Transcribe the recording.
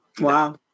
Wow